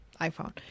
iPhone